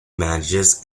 manages